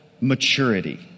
maturity